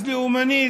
אז לאומני,